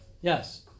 Yes